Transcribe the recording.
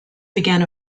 began